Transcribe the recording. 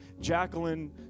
Jacqueline